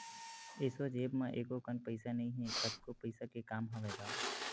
एसो जेब म एको कन पइसा नइ हे, कतको पइसा के काम हवय गा